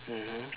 mmhmm